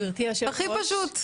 הכי פשוט.